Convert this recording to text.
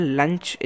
lunch